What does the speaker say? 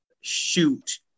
shoot